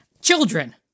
Children